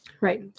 Right